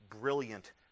brilliant